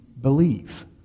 believe